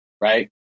right